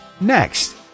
next